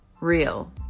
real